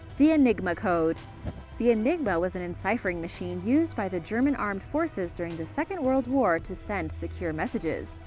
the enigma code the enigma was an enciphering machine used by the german armed forces during the second world war to send secure messages.